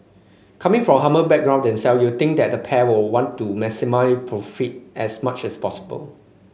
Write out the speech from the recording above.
coming from humble background them self you'd think the pair would want to maximise profit as much as possible